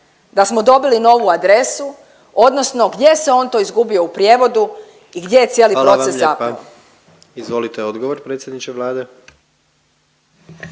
da smo dobili novu adresu odnosno gdje se on to izgubio u prijevodu i gdje je cijeli proces zapeo?